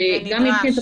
אם כן,